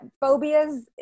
phobias